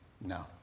No